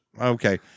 okay